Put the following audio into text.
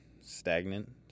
stagnant